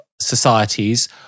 societies